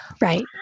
Right